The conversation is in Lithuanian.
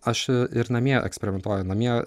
aš ir namie eksperimentuoju namie